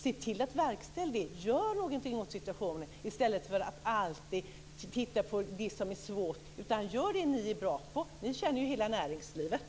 Se till att göra något åt situationen i stället för att alltid titta på det som är svårt. Gör det som ni är bra på! Ni känner ju hela näringslivet.